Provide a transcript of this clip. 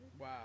Wow